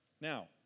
Now